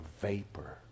vapor